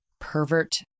pervert